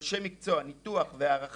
אנשי מקצוע ממש ניתוח והערכה,